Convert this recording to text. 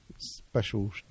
special